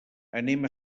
anem